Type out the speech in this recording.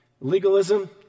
Legalism